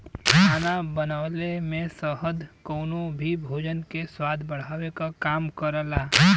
खाना बनवले में शहद कउनो भी भोजन के स्वाद बढ़ावे क काम करला